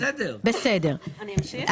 אני אמשיך?